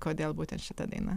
kodėl būtent šita daina